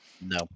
No